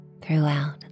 throughout